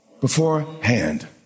Beforehand